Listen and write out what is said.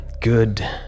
Good